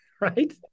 right